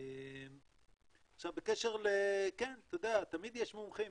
עכשיו, אתה יודע, תמיד יש מומחים.